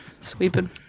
Sweeping